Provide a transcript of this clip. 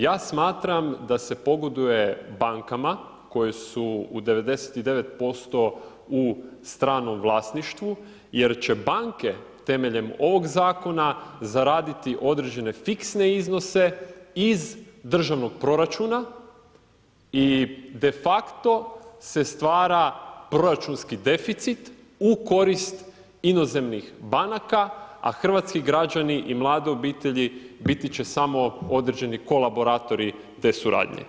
Ja smatram da se pogoduje bankama koje su u 99% u stranom vlasništvu, jer će banke temeljem ovog zakona zaraditi određene fiksne iznose iz državnog proračuna i defakto se stvara proračunski deficit u korist inozemnih banaka, a Hrvatski građani i mlade obitelji biti će samo određeni kolaboratori te suradnje.